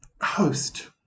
Host